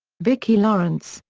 vicki lawrence,